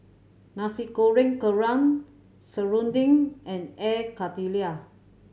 Nasi Goreng Kerang serunding and Air Karthira